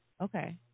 Okay